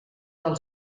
del